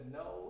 no